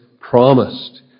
promised